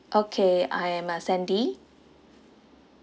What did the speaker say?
okay I am uh sandy